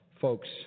folks